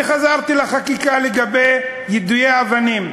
חזרתי לחקיקה לגבי יידויי האבנים.